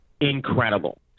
Incredible